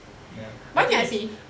ya I think it's